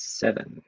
seven